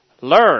Learn